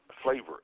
flavor